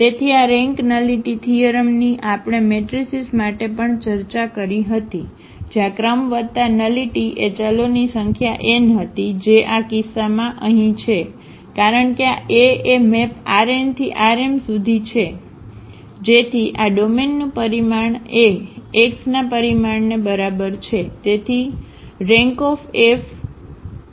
તેથી આ rank nullity theorem ની આપણે મેટ્રિસીસ માટે પણ ચર્ચા કરી હતી જ્યાં ક્રમ વત્તા નલિટી એ ચલોની સંખ્યા n હતી જે આ કિસ્સામાં અહીં છે કારણ કે આ A એ મેપ Rn થી Rm સુધી છે જેથી આ ડોમેનનું પરિમાણ એ X ના પરિમાણ ને બરાબર છે